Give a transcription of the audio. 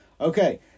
Okay